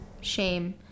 shame